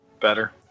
Better